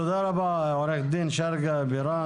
תודה רבה עו"ד שרגא בירן.